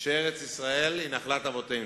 שארץ-ישראל היא נחלת אבותינו,